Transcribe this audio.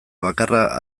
bakarra